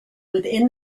within